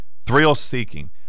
thrill-seeking